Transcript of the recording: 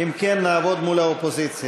אם כן, נעבוד מול האופוזיציה.